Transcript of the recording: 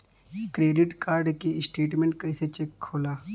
Credit card के statement कइसे check होला?